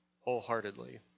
wholeheartedly